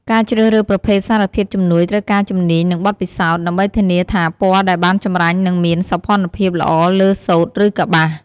ការជ្រើសរើសប្រភេទសារធាតុជំនួយត្រូវការជំនាញ និងបទពិសោធន៍ ដើម្បីធានាថាពណ៌ដែលបានចម្រាញ់នឹងមាន សោភ័ណភាពល្អលើសូត្រ ឬកប្បាស។